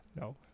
No